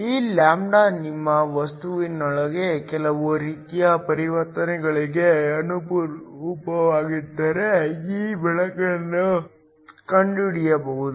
ಈ ಲ್ಯಾಂಬ್ಡಾ ನಿಮ್ಮ ವಸ್ತುವಿನೊಳಗೆ ಕೆಲವು ರೀತಿಯ ಪರಿವರ್ತನೆಗೆ ಅನುರೂಪವಾಗಿದ್ದರೆ ಈ ಬೆಳಕನ್ನು ಕಂಡುಹಿಡಿಯಬಹುದು